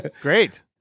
Great